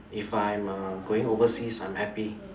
if I'm uh going overseas I'm happy